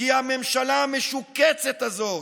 כי הממשלה המשוקצת הזאת,